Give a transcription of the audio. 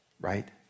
right